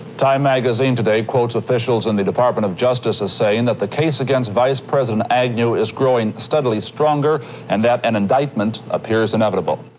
time magazine today quotes officials in the department of justice as saying that the case against vice president agnew is growing steadily stronger and that an indictment appears inevitable.